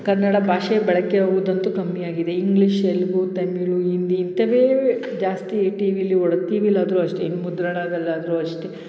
ಕನ್ನಡ ಭಾಷೆ ಬಳಕೆ ಆಗುದಂತೂ ಕಮ್ಮಿ ಆಗಿದೆ ಇಂಗ್ಲಿಷ್ ತೆಲುಗು ತಮಿಳು ಹಿಂದಿ ಇಂಥವೇ ಜಾಸ್ತಿ ಟೀ ವಿಲಿ ಓಡುತ್ತೆ ಟಿ ವಿಲಾದರೂ ಅಷ್ಟೇ ಇನ್ನು ಮುದ್ರಣದಲ್ಲಾದರೂ ಅಷ್ಟೇ